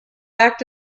act